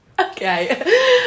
okay